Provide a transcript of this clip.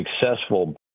successful